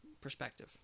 perspective